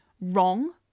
wrong